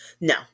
No